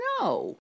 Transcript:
no